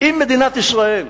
אם מדינת ישראל,